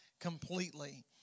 completely